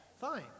Fine